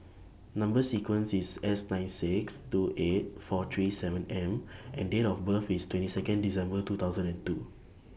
Number sequence IS S nine six two eight four three seven M and Date of birth IS twenty Second December two thousand and two